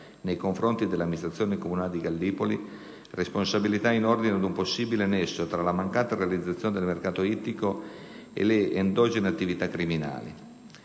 nei confronti dell'amministrazione comunale di Gallipoli, responsabilità in ordine ad un possibile nesso tra la mancata realizzazione del mercato ittico e le endogene attività criminali.